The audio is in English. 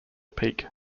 peak